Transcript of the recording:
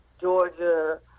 Georgia